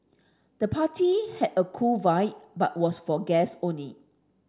the party had a cool vibe but was for guests only